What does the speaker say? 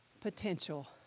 potential